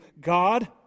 God